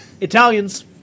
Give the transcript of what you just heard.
Italians